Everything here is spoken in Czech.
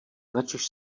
načež